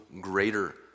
greater